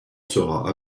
sera